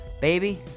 baby